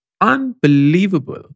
unbelievable